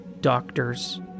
doctors